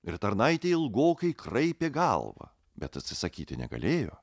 ir tarnaitė ilgokai kraipė galvą bet atsisakyti negalėjo